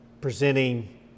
presenting